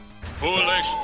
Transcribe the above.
Foolish